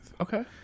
Okay